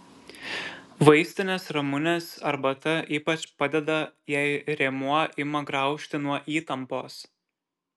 vaistinės ramunės arbata ypač padeda jei rėmuo ima graužti nuo įtampos